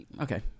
Okay